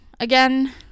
Again